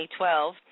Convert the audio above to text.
2012